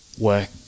work